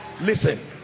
Listen